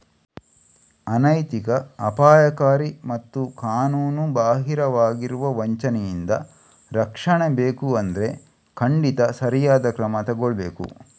ಅನೈತಿಕ, ಅಪಾಯಕಾರಿ ಮತ್ತು ಕಾನೂನುಬಾಹಿರವಾಗಿರುವ ವಂಚನೆಯಿಂದ ರಕ್ಷಣೆ ಬೇಕು ಅಂದ್ರೆ ಖಂಡಿತ ಸರಿಯಾದ ಕ್ರಮ ತಗೊಳ್ಬೇಕು